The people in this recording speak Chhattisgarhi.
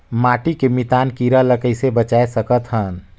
माटी के मितान कीरा ल कइसे बचाय सकत हन?